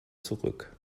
zurück